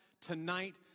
tonight